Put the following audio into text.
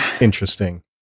interesting